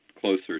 closer